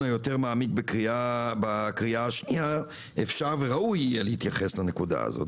המעמיק יותר בקריאה השנייה אפשר וראוי יהיה להתייחס לנקודה הזאת.